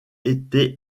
été